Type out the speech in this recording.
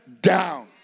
down